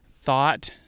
thought